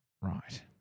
Right